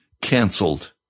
Cancelled